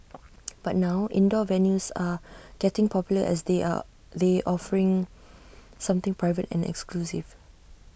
but now indoor venues are getting popular as they are they offer something private and exclusive